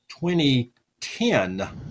2010